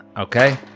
Okay